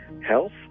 health